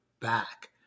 back